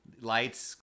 lights